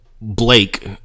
Blake